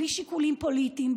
בלי שיקולים פוליטיים,